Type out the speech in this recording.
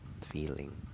feeling